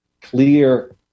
clear